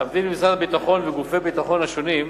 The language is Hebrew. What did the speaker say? להבדיל ממשרד הביטחון וגופי הביטחון השונים,